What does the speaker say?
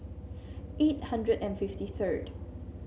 eight hundred and fifty third